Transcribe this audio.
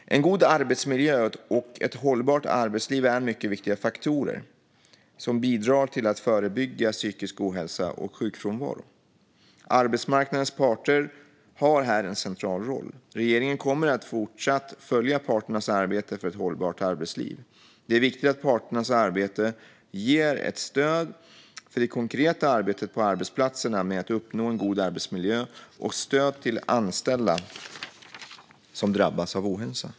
En god arbetsmiljö och ett hållbart arbetsliv är mycket viktiga faktorer som bidrar till att förebygga psykisk ohälsa och sjukfrånvaro. Arbetsmarknadens parter har här en central roll. Regeringen kommer att fortsätta att följa parternas arbete för ett hållbart arbetsliv. Det är viktigt att parternas arbete främjar det konkreta arbetet på arbetsplatserna med att uppnå en god arbetsmiljö och ge stöd till anställda som drabbas av ohälsa.